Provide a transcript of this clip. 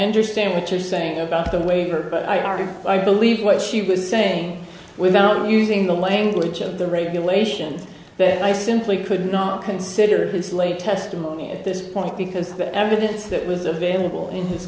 understand what you're saying about the waiver but i argued i believe what she was saying without using the language of the regulations but i simply could not consider his late testimony at this point because the evidence that was available in his